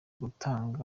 gutanga